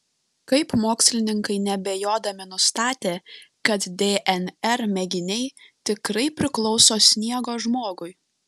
kaip mokslininkai neabejodami nustatė kad dnr mėginiai tikrai priklauso sniego žmogui